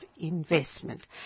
investment